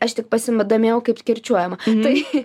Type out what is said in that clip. aš tik pasidomėjau kaip kirčiuojama tai